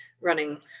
running